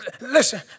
listen